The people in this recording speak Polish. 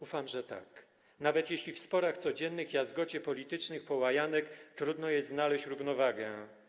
Ufam, że tak, nawet jeśli w codziennych sporach, jazgocie politycznych połajanek trudno jest znaleźć równowagę.